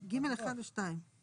ג(1) ו-(2).